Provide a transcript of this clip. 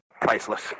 priceless